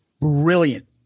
brilliant